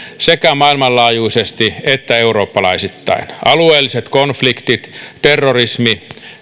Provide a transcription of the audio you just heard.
sekä maailmanlaajuisesti että eurooppalaisittain alueelliset konfliktit terrorismi